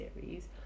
series